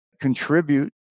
contribute